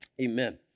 Amen